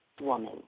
woman